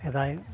ᱥᱮᱫᱟᱭ